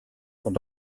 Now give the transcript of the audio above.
sont